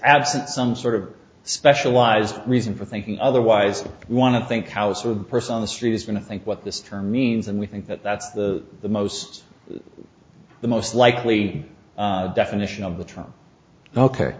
absent some sort of specialized reason for thinking otherwise want to think house or the person on the street is going to think what this term means and we think that that's the most the most likely definition of the